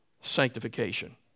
sanctification